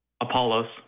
Apollos